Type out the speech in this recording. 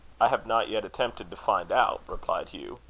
i have not yet attempted to find out, replied hugh.